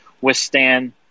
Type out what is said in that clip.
withstand